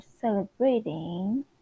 celebrating